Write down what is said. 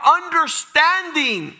understanding